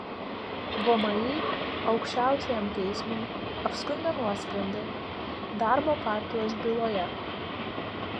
vmi aukščiausiajam teismui apskundė nuosprendį darbo partijos byloje